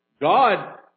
God